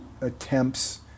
attempts